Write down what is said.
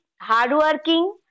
hardworking